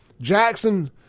Jackson